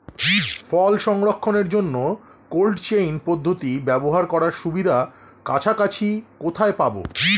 ফল সংরক্ষণের জন্য cold chain পদ্ধতি ব্যবহার করার সুবিধা কাছাকাছি কোথায় পাবো?